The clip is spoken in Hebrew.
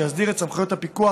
שיסדיר את סמכויות הפיקוח